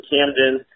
Camden